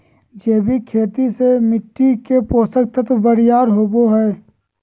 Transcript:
जैविक खेती से मिट्टी के पोषक तत्व बरियार होवो हय